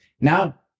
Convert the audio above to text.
Now